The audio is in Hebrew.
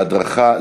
בהדרכה,